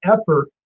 effort